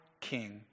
king